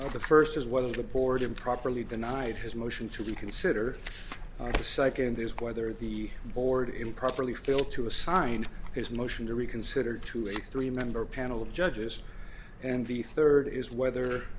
of the first is whether the board improperly denied his motion to reconsider the second is whether the board improperly fail to assign his motion to reconsider to a three member panel of judges and the third is whether